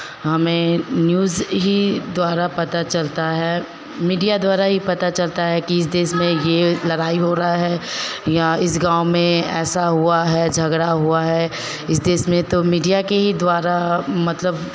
हमें न्यूज़ ही द्वारा पता चलता है मीडिया द्वारा ही पता चलता है कि इस देश में ये लड़ाई हो रहा है या इस गाँव में ऐसा हुआ है झगड़ा हुआ है इस देश में तो मीडिया के ही द्वारा मतलब